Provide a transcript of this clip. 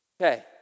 Okay